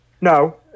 No